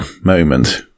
moment